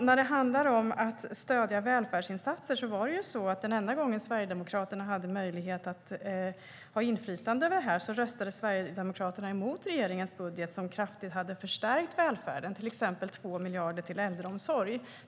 När det handlar om att stödja välfärdsinsatser var det dessutom så att den enda gången som Sverigedemokraterna hade en möjlighet till inflytande över detta röstade de emot regeringens budget, som kraftigt hade förstärkt välfärden, till exempel med 2 miljarder till äldreomsorg.